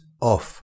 off